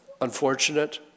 unfortunate